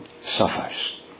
suffers